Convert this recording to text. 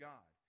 God